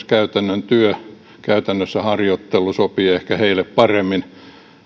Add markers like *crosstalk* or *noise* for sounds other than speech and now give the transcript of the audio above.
*unintelligible* käytännön työ ja käytännössä harjoittelu sopii ehkä joillekin paremmin